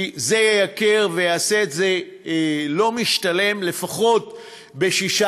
כי זה ייקר ויעשה את זה לא משתלם, לפחות ב-6%.